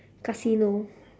casino